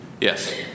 Yes